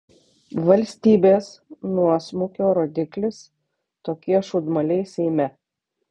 valstybės nuosmukio rodiklis tokie šūdmaliai seime